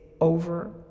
over